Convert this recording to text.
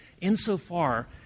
insofar